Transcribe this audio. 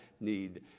need